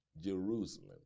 Jerusalem